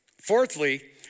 Fourthly